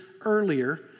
earlier